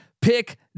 Pick